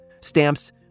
stamps